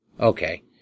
Okay